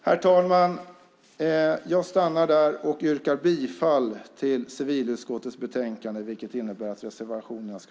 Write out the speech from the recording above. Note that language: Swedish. Herr talman! Jag yrkar bifall till förslaget i civilutskottets betänkande, vilket innebär avslag på reservationerna.